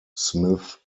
smith